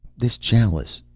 this chalice?